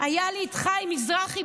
היה לי את חיים מזרחי,